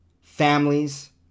families